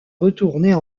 retourner